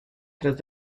tras